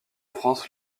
france